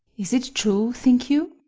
is it true, think you?